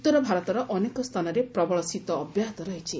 ଉତ୍ତର ଭାରତର ଅନେକ ସ୍ଥାନରେ ପ୍ରବଳ ଶୀତ ଅବ୍ୟାହତ ରହିଛି